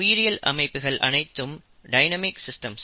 உயிரியல் அமைப்புகள் அனைத்தும் டைனமிக் சிஸ்டம்ஸ்